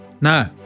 No